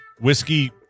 whiskey